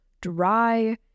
dry